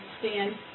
stand